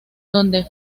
donde